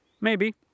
Maybe